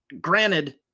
Granted